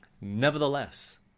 Nevertheless